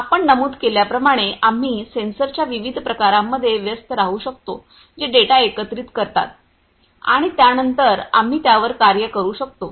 आपण नमूद केल्याप्रमाणे आम्ही सेन्सॉरच्या विविध प्रकारांमध्ये व्यस्त राहू शकतो जे डेटा एकत्रित करतात आणि त्यानंतर आम्ही त्यावर कार्य करू शकतो